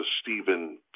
Stephen